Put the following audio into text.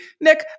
Nick